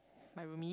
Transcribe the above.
my roomie